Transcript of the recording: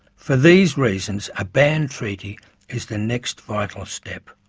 for these reasons, a ban treaty is the next vital step.